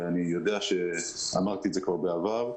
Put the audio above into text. אני יודע שאמרתי את זה בעבר,